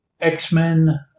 x-men